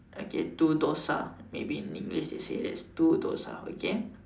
okay two dosa maybe in English is they say that is two dosa okay